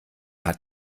hat